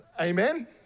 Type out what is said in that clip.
Amen